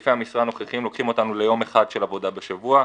היקפי המשרה הנוכחיים לוקחים אותנו ליום אחד של עבודה בשבוע.